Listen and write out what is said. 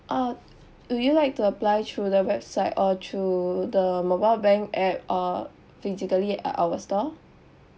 uh would you like to apply through the website or through the mobile bank app or physically at our store